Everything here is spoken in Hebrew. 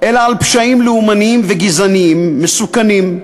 אלא על פשעים לאומניים וגזעניים מסוכנים,